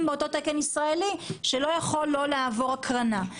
באותו תקן ישראלי שלא יכול לא לעבור הקרנה.